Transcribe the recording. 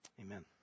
Amen